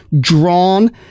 drawn